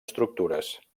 estructures